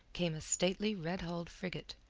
came a stately red-hulled frigate,